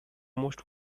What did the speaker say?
most